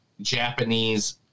Japanese